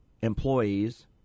employees